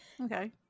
Okay